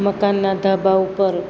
મકાનના ધાબા ઉપર